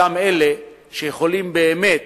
אותם אלה שיכולים באמת